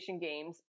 games